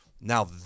Now